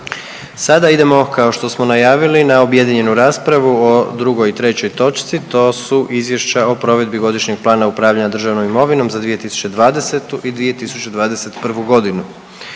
Sada idemo kao što smo najavili na objedinjenju raspravu o drugoj i trećoj točci to su: - Izvješća o provedbi Godišnjeg plana upravljanja državnom imovinom za 2020. i 2021. godinu